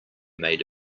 made